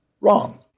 wrong